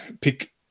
pick